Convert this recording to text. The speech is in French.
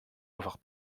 avoir